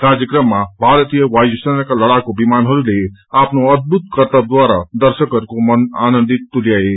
कार्यक्रममा भारतीय वायु सेनाका लड़ाकू विमानहरूले आफ्नो अद्भूत करतबद्वारा दश्रकहरूको मन आनन्दित तुल्याए